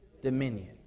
Dominion